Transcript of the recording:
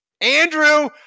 Andrew